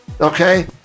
okay